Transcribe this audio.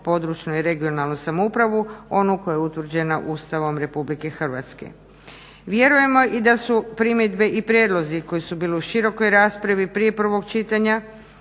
područnu i regionalnu samoupravu, onu koja je utvrđena Ustavom Republike Hrvatske. Vjerujemo i da su primjedbe i prijedlozi koji su bili u širokoj raspravi prije prvog čitanja